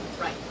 Right